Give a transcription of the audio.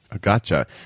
Gotcha